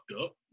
up